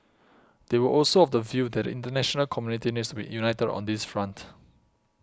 they were also of the view that the international community needs to be united on this front